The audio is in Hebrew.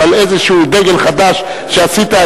אבל איזה דגל חדש שעשית,